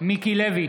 מיקי לוי,